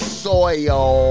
soil